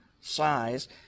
size